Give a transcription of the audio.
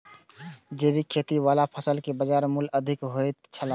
जैविक खेती वाला फसल के बाजार मूल्य अधिक होयत छला